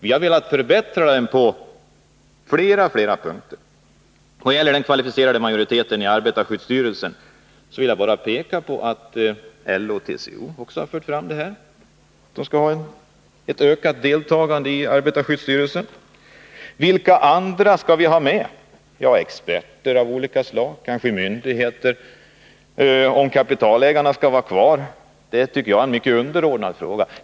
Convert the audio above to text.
Vi har velat förbättra den på flera punkter. När det gäller den kvalificerade majoriteten i arbetarskyddsstyrelsen vill jag bara peka på att LO och TCO också har fört fram krav på ökat inflytande i arbetarskyddsstyrelsen. Vilka andra skall vi ha med? Ja, experter av olika slag, kanske myndighetsföreträdare. Om kapitalägarna skall vara kvar i arbetarskyddsstyrelsen tycker jag är en underordnad fråga.